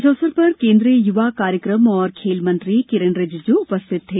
इस अवसर पर केन्द्रीय युवा कार्यक्रम और खेल मंत्री किरेन रिजिजू उपस्थित थे